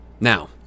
now